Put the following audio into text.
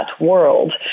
world